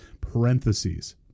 parentheses